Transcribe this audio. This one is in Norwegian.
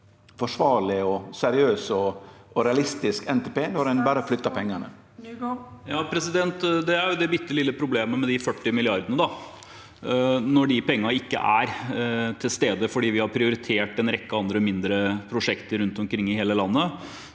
forsvarleg, seriøs og realistisk NTP, når ein berre flyttar pengane? Statsråd Jon-Ivar Nygård Det er jo det bitte lille problemet med de 40 milliardene, da. Når de pengene ikke er til stede fordi vi har prioritert en rekke andre mindre prosjekter rundt omkring i hele landet,